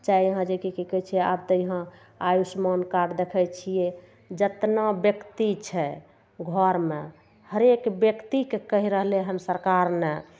चाहे यहाँ जेकि की कहय छै आब तऽ यहाँ आयुष्मान कार्ड देखय छियै जतना व्यक्ति छै घरमे हरेक व्यक्तिके कहि रहलय हन सरकार